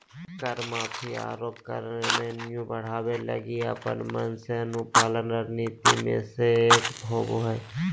कर माफी, आरो कर रेवेन्यू बढ़ावे लगी अपन मन से अनुपालन रणनीति मे से एक होबा हय